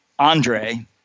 Andre